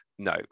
No